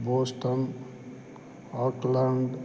Boston Auckland